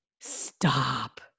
Stop